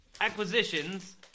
acquisitions